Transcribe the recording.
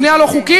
בנייה לא חוקית,